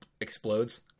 explodes